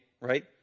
right